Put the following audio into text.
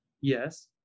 yes